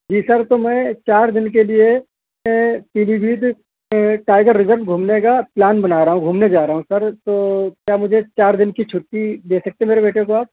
جی sir تو میں چار دن کے لیے میں پیلی بھیت میں ٹائگر ریزرو گھومنے کا پلان بنا رہا ہوں گھومنے جا رہا ہوں سر تو کیا مجھے چار دن کی چھٹی دے سکتے ہیں میرے بیٹے کو آپ